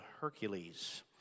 Hercules